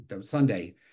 Sunday